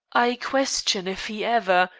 i question if he ever,